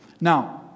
Now